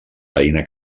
veïna